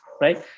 right